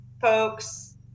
folks